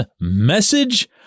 message